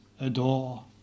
adore